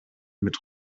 mit